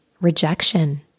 rejection